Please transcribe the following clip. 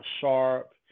sharp